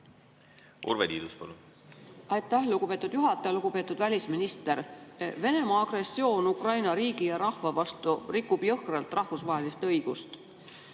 ju ei ole. Aitäh, lugupeetud juhataja! Lugupeetud välisminister! Venemaa agressioon Ukraina riigi ja rahva vastu rikub jõhkralt rahvusvahelist õigust.